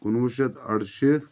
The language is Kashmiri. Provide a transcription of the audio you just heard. کُنوُہ شَتھ اَرشیٖتھ